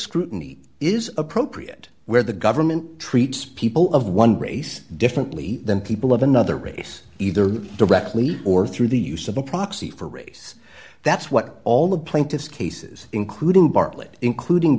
scrutiny is appropriate where the government treats people of one race differently than people of another race either directly or through the use of a proxy for race that's what all the plaintiff's cases including bartlett including